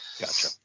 Gotcha